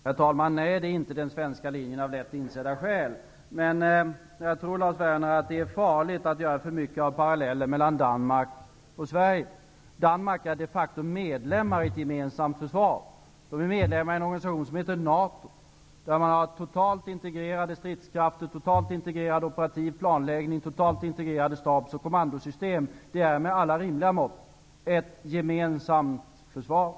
Herr talman! Nej, det är inte den svenska linjen, av lätt insedda skäl. Men jag tror, Lars Werner, att det är farligt att dra för mycket paralleller mellan Danmark och Sverige. Danmark är de facto medlem i ett gemensamt försvar, medlem i en organisation som heter NATO, där man har totalt integrerade stridskrafter, totalt integrerad operativ planläggning, totalt integrerade stabs och kommandosystem. Det är, med alla rimliga mått, ett gemensamt försvar.